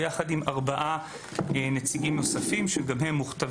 ועדת איתור ואופן פעולתה נקבע גם על ידי החוק וגם על